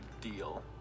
deal